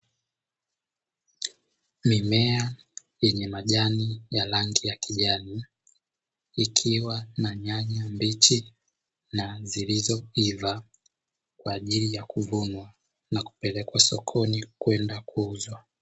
Mimea yenye majani ya rangi ya kijani ikiwa na nyanya mbichi na zilizoiva kwa ajili ya kuvunwa na kupelekwa sokoni kwenda kuuzwa.